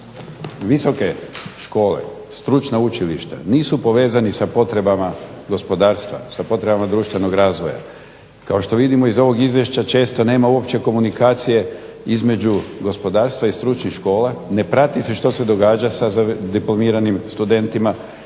Visoke škole, stručna učilišta nisu povezani sa potrebama gospodarstva, sa potrebama društvenog razvoja. Kao što vidimo iz ovog izvješća često nema uopće komunikacije između gospodarstva i stručnih škola. Ne prati se što se događa sa diplomiranim studentima,